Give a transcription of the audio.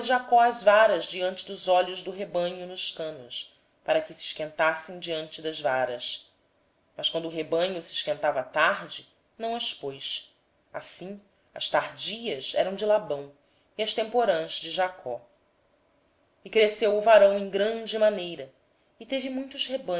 jacó as varas nos bebedouros diante dos olhos do rebanho para que concebessem diante das varas mas quando era fraco o rebanho ele não as punha assim as fracas eram de labão e as fortes de jacó e o homem se enriqueceu sobremaneira e teve